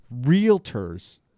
realtors